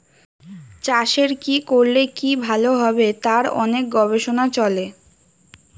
চাষের কি করলে কি ভালো হবে তার অনেক গবেষণা চলে